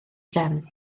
gefn